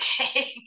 okay